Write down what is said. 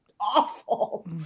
awful